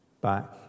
back